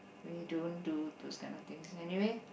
we don't do this kind of things anyway